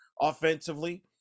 offensively